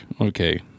Okay